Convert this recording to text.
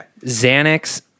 Xanax